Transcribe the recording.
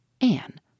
Anne